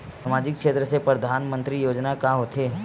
सामजिक क्षेत्र से परधानमंतरी योजना से का होथे?